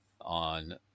on